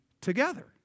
together